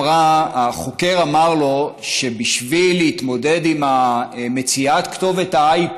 החוקר אמר לו שבשביל להתמודד עם מציאת כתובת ה-IP